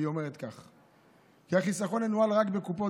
והיא אומרת כך: "החיסכון ינוהל רק בקופות